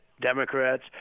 Democrats